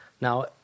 Now